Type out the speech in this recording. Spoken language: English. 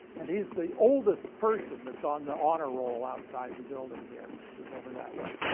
and he's the oldest person that's on the honor roll outside the building here, he's over that way